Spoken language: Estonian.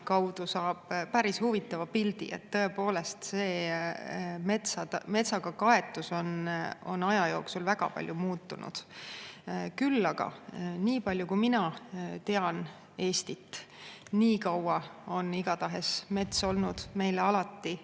kaudu saab päris huvitava pildi. Tõepoolest, see metsaga kaetus on aja jooksul väga palju muutunud. Küll aga, niipalju kui mina Eestit tean, on mets igatahes olnud meile alati